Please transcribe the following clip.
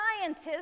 scientists